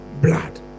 blood